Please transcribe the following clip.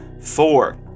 four